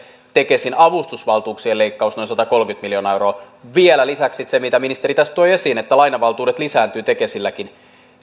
tekesin avustusvaltuuksien leikkaus noin satakolmekymmentä miljoonaa euroa vielä lisäksi se mitä ministeri tässä toi esiin että lainavaltuudet lisääntyvät tekesilläkin